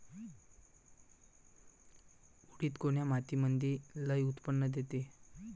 उडीद कोन्या मातीमंदी लई उत्पन्न देते?